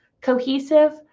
Cohesive